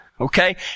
Okay